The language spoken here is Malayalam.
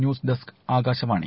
news desk Akashvani